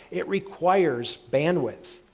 it requires bandwidth.